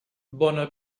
bona